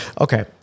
Okay